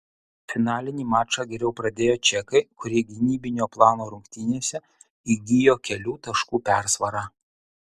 finalinį mačą geriau pradėjo čekai kurie gynybinio plano rungtynėse įgijo kelių taškų persvarą